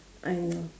I'm